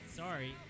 sorry